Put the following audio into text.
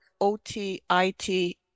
OTIT